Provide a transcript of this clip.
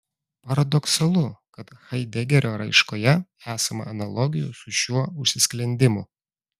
paradoksalu kad haidegerio raiškoje esama analogijų su šiuo užsisklendimu